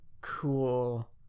cool